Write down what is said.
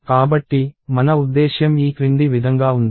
కాబట్టి మన ఉద్దేశ్యం ఈ క్రింది విధంగా ఉంది